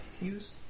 use